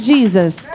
Jesus